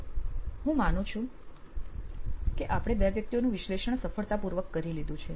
તો હું માનું છે કે આપણે બે વ્યક્તિઓનું વિશ્લેષણ સફળતાપૂર્વક કરી લીધું છે